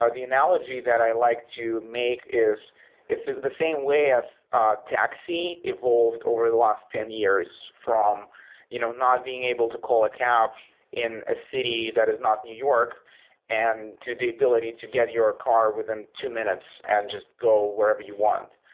ah the analogy that i like to make is it's the same way as ah taxi evolved over the last ten years from you know not being able to call a cap in a city that is not new york and to the ability to get your car within two minutes and just go wherever you want.